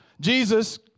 Jesus